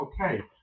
okay